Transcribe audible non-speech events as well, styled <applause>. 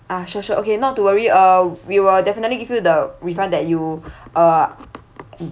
ah sure sure okay not to worry uh we will definitely give you the refund that you <breath> uh